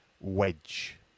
wedge